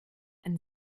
ein